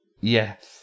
Yes